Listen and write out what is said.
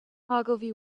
ogilvy